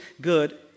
good